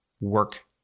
work